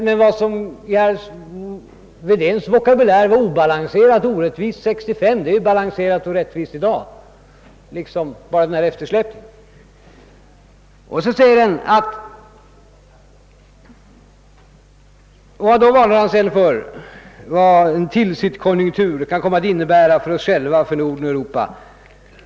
Men vad som i herr Wedéns vokabulär var obalanserat och orättvist 1965 är ju balanserat och rättvist i dag; det är liksom bara denna eftersläpning. tikeln varnar herr Wedén för vad en »”Tilsitkonjunktur' ——— kan komma att innebära för oss själva, för Norden och Europa.